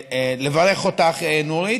לברך אותך, נורית,